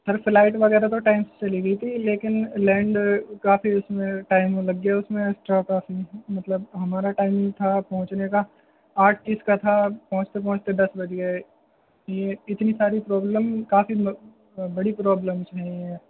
سر flight وغیرہ تو time سے چلی گئی تھی لیکن لینڈ کافی اس میں ٹائم لگ گیا اس میں ایکسٹرا کافی مطلب ہمارا ٹائم تھا پہنچنے کا آٹھ تیس کا تھا پہنچتے پہنچتے دس بج گئے یہ اتنی ساری پرابلم کافی بڑی پرابلمس ہیں یہ